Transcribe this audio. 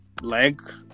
leg